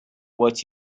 what